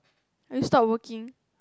are you stop working